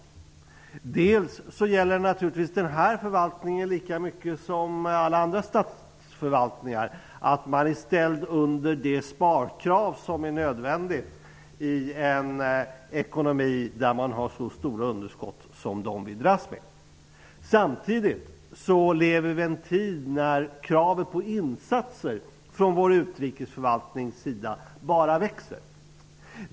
Dels gäller det naturligtvis för denna förvaltning, likväl som för andra statsförvaltningar, att den är ställd under de sparkrav som är nödvändiga i en ekonomi med så stora underskott som vi dras med i dag. Samtidigt lever vi i en tid när kravet på insatser från utrikesförvaltningens sida bara växer.